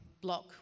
block